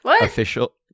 official